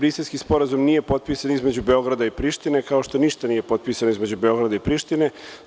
Briselski sporazum nije potpisan između Beograda i Prištine, kao što ništa nije potpisano između Beograda i Prištine.